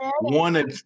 One